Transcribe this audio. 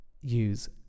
use